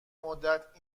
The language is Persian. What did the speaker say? مدت